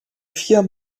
vier